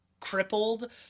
Crippled